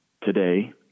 today